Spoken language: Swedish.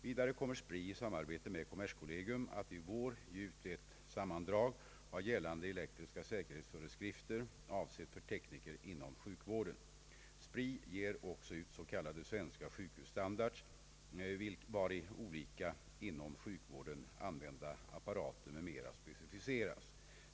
Vidare kommer SPRI i samarbete med kommerskollegium att i vår ge ut ett sammandrag av gällande elektriska säkerhetsföreskrifter avsett för tekniker inom sjukvården. SPRI ger också ut s.k. svenska sjukhusstandards, vari olika inom sjukvården använda apparater m.m. specificeras.